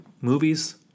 movies